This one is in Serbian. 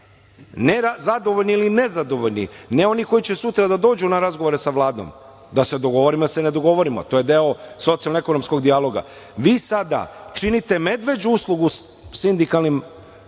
ne zadovoljni ili nezadovoljni, ne oni koji će sutra da dođu na razgovore sa Vladom da se dogovorimo ili se ne dogovorimo, a to je socijalno-ekonomskog dijaloga. Vi sada činite medveđu uslugu sindikalnim